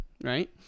right